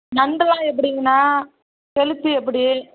நண்டு எல்லாம் எப்படிங்கண்ணா கெளுத்தி எப்படி